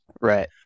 Right